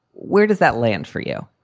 where does that land for you?